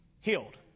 Healed